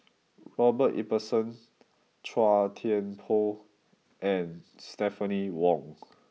Robert Ibbetson Chua Thian Poh and Stephanie Wong